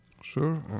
Sure